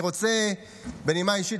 בנימה אישית,